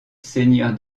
seigneur